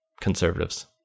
conservatives